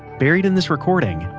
buried in this recording,